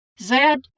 Zed